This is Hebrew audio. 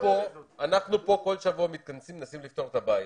אנחנו מתכנסים כאן כלשבוע ומנסים לפתור את הבעיות.